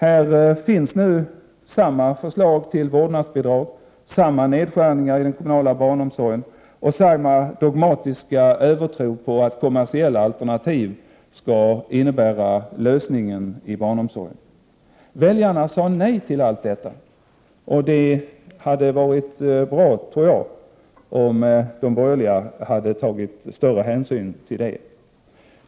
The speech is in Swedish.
Här finns nu samma förslag till vårdnadsbidrag, samma nedskär 93 ningar i den kommunala barnomsorgen och samma dogmatiska övertro på att kommersiella alternativ skall innebära lösningen på barnomsorgen. Väljarna sade nej till allt detta, och jag tror att det hade varit bra, om de borgerliga hade tagit större hänsyn till det.